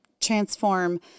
transform